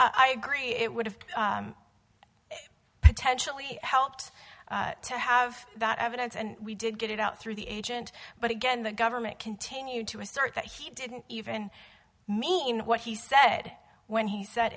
get i agree it would have potentially helped to have that evidence and we did get it out through the agent but again the government continued to assert that he didn't even mean what he said when he said